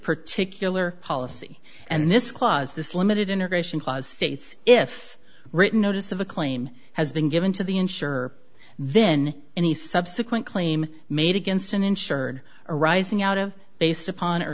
particular policy and this clause this limited integration clause states if written notice of a claim has been given to the insurer then any subsequent claim made against an insured arising out of based upon